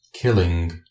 KILLING